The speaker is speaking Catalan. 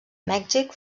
mèxic